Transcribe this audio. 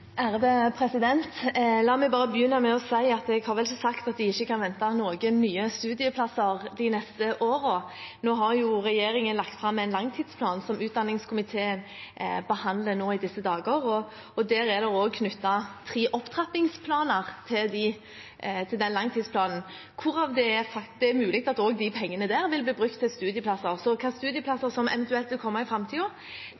La meg bare begynne med å si at jeg har vel ikke sagt at de ikke kan vente noen nye studieplasser de neste årene. Nå har jo regjeringen lagt fram en langtidsplan som utdanningskomiteen behandler nå i disse dager. Det er knyttet tre opptrappingsplaner til denne langtidsplanen, og det er mulig at også pengene der vil bli brukt til studieplasser. Så hvilke